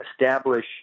establish